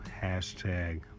Hashtag